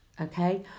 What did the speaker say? Okay